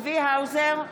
צבי האוזר,